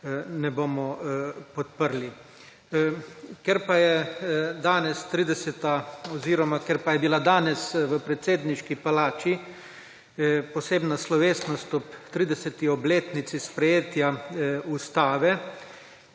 danes 30. oziroma ker pa je bila danes v predsedniški palači posebna slovesnost ob 30. obletnici sprejetja Ustave